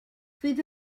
fydd